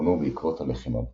שפונו בעקבות הלחימה בצפון.